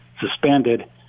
suspended